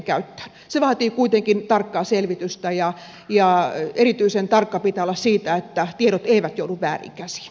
se vaatii kuitenkin tarkkaa selvitystä ja erityisen tarkka pitää olla siitä että tiedot eivät joudu vääriin käsiin